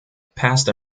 past